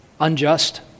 unjust